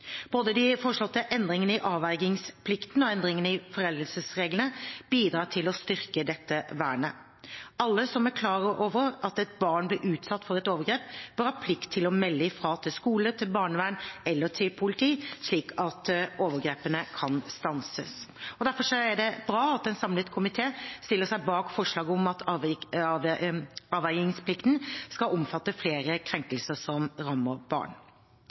Både de foreslåtte endringene i avvergingsplikten og endringene i foreldelsesreglene bidrar til å styrke dette vernet. Alle som er klar over at et barn blir utsatt for overgrep, bør ha plikt til å melde fra til skolen, til barnevernet eller til politiet, slik at overgrepene kan stanses. Det er derfor bra at en samlet komité stiller seg bak forslaget om at avvergingsplikten skal omfatte flere krenkelser som rammer barn.